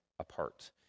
apart